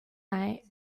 night